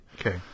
Okay